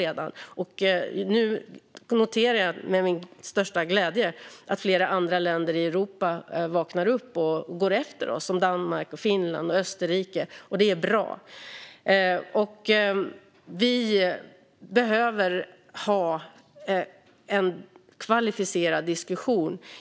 Nu noterar jag med största glädje att flera andra länder i Europa vaknar upp och går efter oss, till exempel Danmark, Finland och Österrike. Det är bra. Vi behöver ha en kvalificerad diskussion.